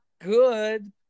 good